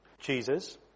Jesus